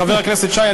חבר הכנסת שי,